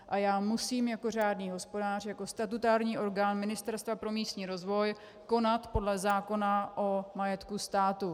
A já musím jako řádný hospodář, jako statutární orgán Ministerstva pro místní rozvoj, konat podle zákona o majetku státu.